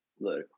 Look